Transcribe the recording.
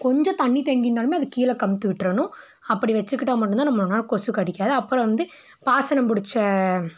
கொஞ்சம் தண்ணி தேங்கி இருந்தாலும் அதை கீழே கவுத்து விட்டுறணும் அப்படி வைச்சிக்கிட்டா மட்டுந்தான் நம்மள கொசு கடிக்காது அப்பறம் வந்து பாசணம் பிடிச்ச